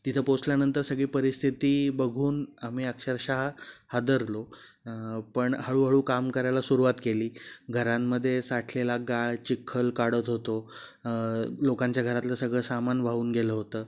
तिथं पोचल्यानंतर सगळी परिस्थिती बघून आम्ही अक्षरशः हादरलो पण हळूहळू काम करायला सुरवात केली घरांमध्ये साठलेला गाळ चिखल काढत होतो लोकांच्या घरातलं सगळं सामान वाहून गेलं होतं